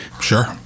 Sure